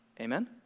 Amen